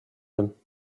them